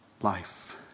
life